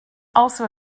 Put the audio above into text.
also